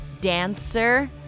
dancer